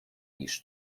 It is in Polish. niż